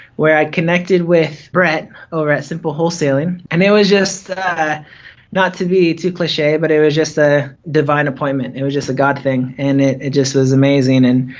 where i connected with brett over at simple wholesaling. and it was just not to be, too cliche, but it was just a divine appointment, it was just a god thing and it it just was amazing, and